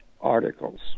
articles